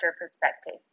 perspective